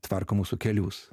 tvarko mūsų kelius